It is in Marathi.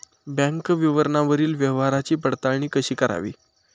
बँक विवरणावरील व्यवहाराची पडताळणी कशी करावी?